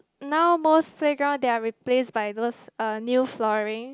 now most playground there are replaced by those new flooring